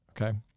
okay